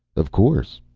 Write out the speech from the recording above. of course.